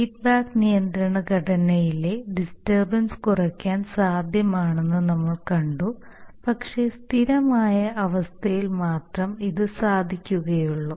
feedback നിയന്ത്രണ ഘടനയിലെ disturbance കുറയ്ക്കാൻ സാധ്യമാണെന്ന് നമ്മൾ കണ്ടു പക്ഷേ സ്ഥിരമായ അവസ്ഥയിൽ മാത്രം ഇത് സാധിക്കുകയുള്ളൂ